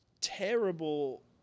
terrible